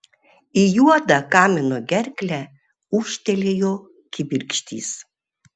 į juodą kamino gerklę ūžtelėjo kibirkštys